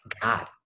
god